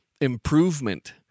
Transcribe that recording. improvement